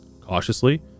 cautiously